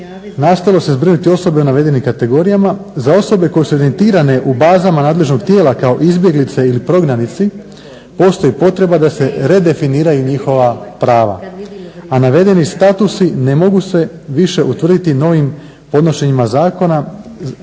nastalo se zadržati osobe navedenih kategorijama za osobe koje su evidentirane u bazama nadležnog tijela kao izbjeglice ili prognanici postoji potreba da se redefiniraju njihova prava a navedeni statusi ne mogu se više utvrditi novim podnošenjima zahtjeva